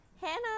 Hannah